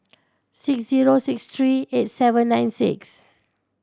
six zero six three eight seven nine six